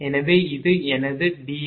எனவே இது எனது D